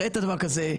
הראית דבר כזה,